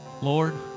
Lord